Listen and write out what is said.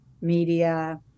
media